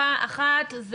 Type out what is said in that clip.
אחת,